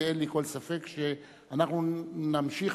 ואין לי כל ספק שאנחנו נמשיך,